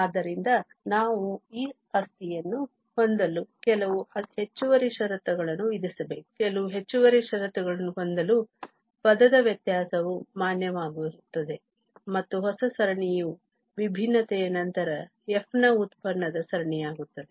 ಆದ್ದರಿಂದ ನಾವು ಈ ಆಸ್ತಿಯನ್ನು ಹೊಂದಲು ಕೆಲವು ಹೆಚ್ಚುವರಿ ಷರತ್ತುಗಳನ್ನು ವಿಧಿಸಬೇಕು ಕೆಲವು ಹೆಚ್ಚುವರಿ ಷರತ್ತುಗಳನ್ನು ಹೊಂದಲು ಪದದ ವ್ಯತ್ಯಾಸವು ಮಾನ್ಯವಾಗಿರುತ್ತದೆ ಮತ್ತು ಹೊಸ ಸರಣಿಯು ವಿಭಿನ್ನತೆಯ ನಂತರ f ನ ಉತ್ಪನ್ನದ ಸರಣಿಯಾಗುತ್ತದೆ